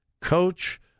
coach